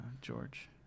George